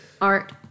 art